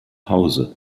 hause